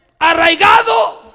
Arraigado